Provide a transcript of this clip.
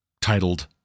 titled